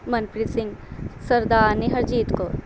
ਮਨਪ੍ਰੀਤ ਸਿੰਘ ਸਰਦਾਰਨੀ ਹਰਜੀਤ ਕੌਰ